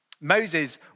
Moses